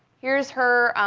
here's her